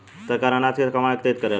सरकार अनाज के कहवा एकत्रित करेला?